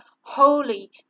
holy